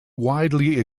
widely